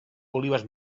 olives